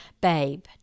Babe